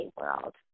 world